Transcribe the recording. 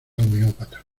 homeópata